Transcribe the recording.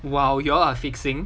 !wow! you all are fixing